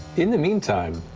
in the meantime,